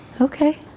Okay